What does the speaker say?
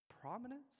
prominence